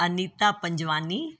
Anita Panjwani